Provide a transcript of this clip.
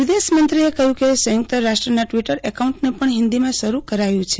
વિદેશ મંત્રીએ કહ્યું કે સંયુક્ત રાષ્ટ્રના ટ્વીટર એકાઉન્ટને પજ્ઞ હિન્દીમાં શરૂ કરાયું છે